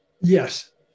Yes